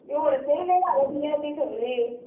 ती wholesale rate हांवें दिल्या ती सगली